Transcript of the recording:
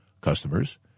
customers